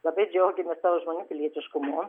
labai džiaugiamės savo žmonių pilietiškumu